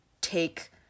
take